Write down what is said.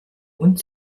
und